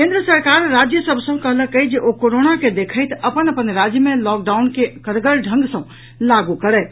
केन्द्र सरकार राज्य सभ सॅ कहलक अछि जे ओ कोरोना के देखैत अपन अपन राज्य मे लॉक डाउन के कड़गर ढंग सॅ लागू करथि